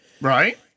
Right